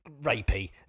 rapey